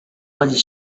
was